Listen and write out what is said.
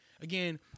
again